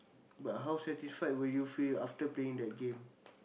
but how satisfied will you feel after playing that game